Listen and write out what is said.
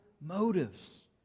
motives